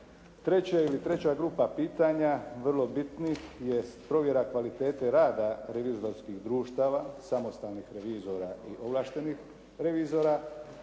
Treće ili treća grupa pitanja vrlo bitnih jest provjera kvalitete rada revizorskih društava samostalnih revizora i ovlaštenih revizora